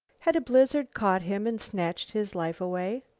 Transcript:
had a blizzard caught him and snatched his life away?